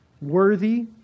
worthy